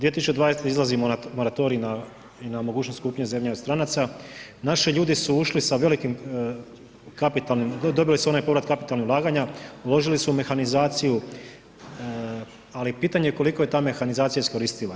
2020. izlazi na moratorij na mogućnost kupnje zemlje od stranaca, naši ljudi su ušli sa velikim kapitalnim, dobili su onaj povrat kapitalnih ulaganja, uložili su u mehanizaciju, ali pitanje koliko je ta mehanizacija iskoristljiva.